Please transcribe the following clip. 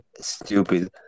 stupid